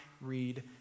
read